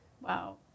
Wow